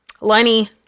Lenny